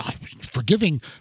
forgiving